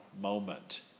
moment